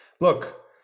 Look